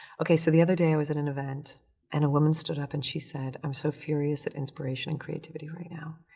ok, so the other day i was at an event and a woman stood up and she said, i'm so furious at inspiration and creativity right now,